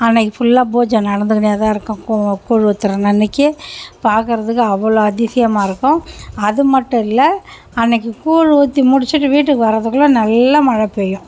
அன்றைக்கி ஃபுல்லாக பூஜை நடந்துக்குனேதான் இருக்கும் கூழ் ஊத்துகிற அன்றைக்கி பார்க்கறதுக்கு அவ்வளோ அதிசயமாக இருக்கும் அது மட்டும் இல்லை அன்றைக்கி கூழ் ஊற்றி முடிச்சுட்டு வீட்டுக்கு வரதுக்குள்ளே நல்ல மழை பெய்யும்